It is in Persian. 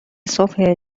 صبح